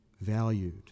valued